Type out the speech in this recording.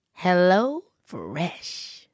HelloFresh